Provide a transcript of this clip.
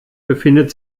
befindet